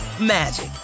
magic